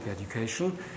education